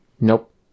Nope